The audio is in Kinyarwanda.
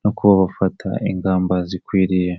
no kuba bafata ingamba zikwiriye.